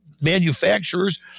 manufacturers